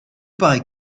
parait